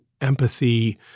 empathy